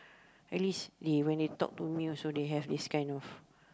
at least they when they talk to me also they have this kind of